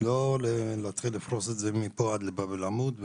ולא להתחיל לפרוס את זה מפה עד באב אל עמוד,